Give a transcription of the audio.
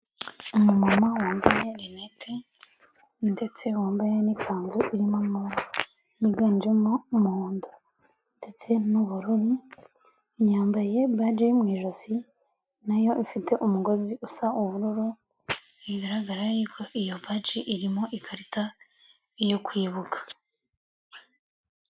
Umumama wambayeye rinete ndetse wambaye n'ikanzu irimo amabara yiganjemo umuhondo ndetse n'ubururu, yambaye baje yo mu ijosi, na yo ifite umugozi usa ubururu, bigaragara y'uko iyo baji irimo ikarita yo kwibuka.